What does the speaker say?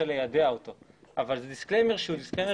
ליידע אותו אבל זה דיסקליימר שהוא כללי.